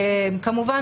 כמובן,